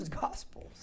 Gospels